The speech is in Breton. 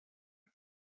war